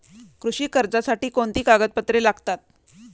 कृषी कर्जासाठी कोणती कागदपत्रे लागतात?